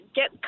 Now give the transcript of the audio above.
get